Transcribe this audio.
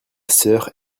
sœur